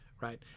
Right